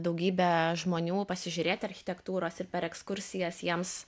daugybė žmonių pasižiūrėt architektūros ir per ekskursijas jiems